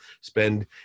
spend